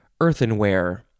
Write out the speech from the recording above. earthenware